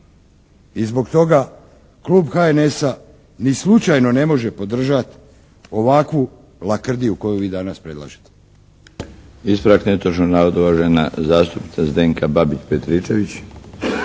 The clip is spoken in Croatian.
i zbog toga Klub HNS-a ni slučajno ne može podržati ovakvu lakrdiju koju vi danas predlažete. **Milinović, Darko (HDZ)** Ispravak netočnog navoda uvažena zastupnica Zdenka Babić Petričević.